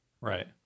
right